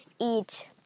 eat